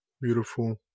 Beautiful